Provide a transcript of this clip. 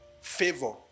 favor